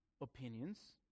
opinions